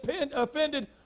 offended